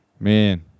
man